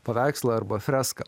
paveikslą arba freską